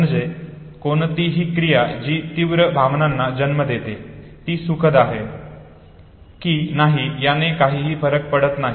म्हणजे कोणतीही क्रिया जी तीव्र भावनांना जन्म देते ती सुखद आहे कि नाही याने काहीही फरक पडत नाही